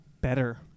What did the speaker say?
better